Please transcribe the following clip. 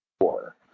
war